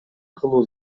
кылуу